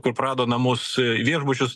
kur prado namus viešbučius